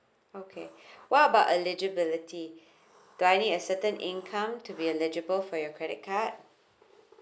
okay what about eligibility do I need a certain income to be eligible for your credit card